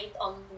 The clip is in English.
on